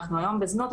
אנחנו היום בזנות,